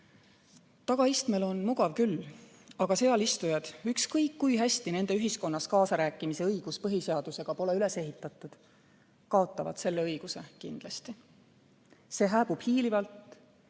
Tagaistmel on mugav küll, aga seal istujad, ükskõik kui hästi nende ühiskonnas kaasarääkimise õigus põhiseadusega pole üles ehitatud, kaotavad selle õiguse kindlasti. See hääbub hiilivalt,